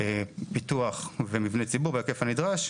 פיתוח ומבני ציבור בהיקף הנדרש.